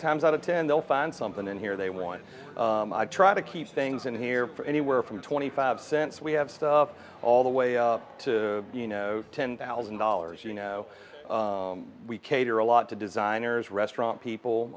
times out of ten they'll find something in here they want i try to keep things in here for anywhere from twenty five cents we have stuff all the way to you know ten thousand dollars you know we cater a lot to designers restaurant people